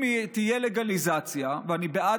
אם תהיה לגליזציה, ואני בעד